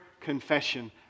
confession